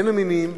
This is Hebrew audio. בין המינים,